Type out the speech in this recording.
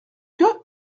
que